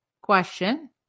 question